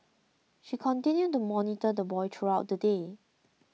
she continued to monitor the boy throughout the day